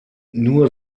nur